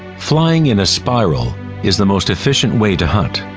flying in a spiral is the most efficient way to hunt.